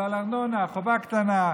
בגלל ארנונה, חוב קטן,